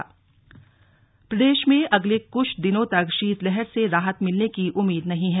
मौसम प्रदेश में अगले कुछ दिनों तक शीतलहर से राहत मिलने की उम्मीद नहीं है